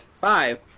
Five